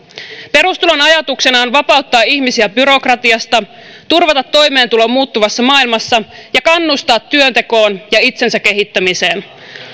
perustulon ajatuksena on vapauttaa ihmisiä byrokratiasta turvata toimeentulo muuttuvassa maailmassa ja kannustaa työntekoon ja itsensä kehittämiseen